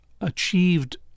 achieved